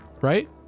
right